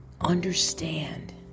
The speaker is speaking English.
Understand